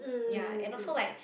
ya and also like